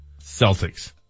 Celtics